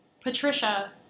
Patricia